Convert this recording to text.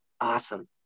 Awesome